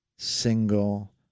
single